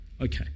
okay